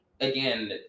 again